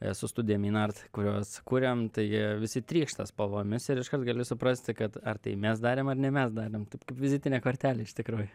e su studija meinart kuriuos kuriam tai jie visi trykšta spalvomis ir iškart gali suprasti kad ar tai mes darėm ar ne mes darėm taip kaip vizitinė kortelė iš tikrųjų